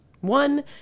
One